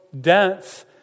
dense